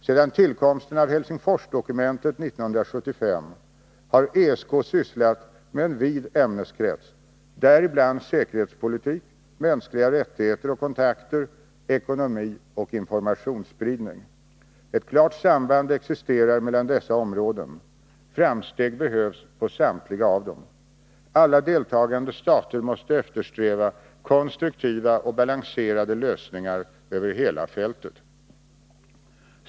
Sedan tillkomsten av Helsingforsdokumentet 1975 har ESK sysslat med en vid ämneskrets, däribland säkerhetspolitik, mänskliga rättigheter och kontakter, ekonomi och informationsspridning. Ett klart samband existerar mellan dessa områden. Framsteg behövs på samtliga av dem. Alla deltagande stater måste eftersträva konstruktiva och balanserade lösningar över hela fältet.